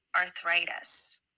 arthritis